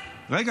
רגע,